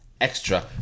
extra